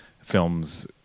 films